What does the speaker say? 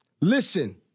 listen